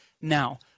Now